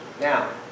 Now